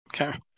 Okay